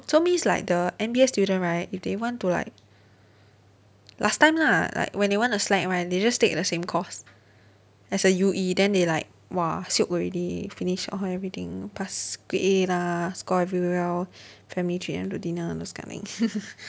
so means like the N_B_S student right if they want to like last time lah like when they want to slack right they just take the same course as a U_E then they like !wah! shiok already finish all everything pass grade A lah score very well family treat them to dinner those kind of thing